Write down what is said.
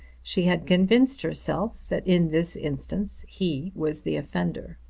she had convinced herself that in this instance he was the offender.